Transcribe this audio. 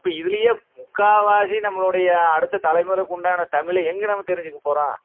அப்போ இதிலயே முக்கால்வாசி நம்மளோடைய அடுத்த தலைமுறைக்கு உண்டான தமிழ் எங்கு நம்ம தெரிஞ்சிக்க போகிறோம்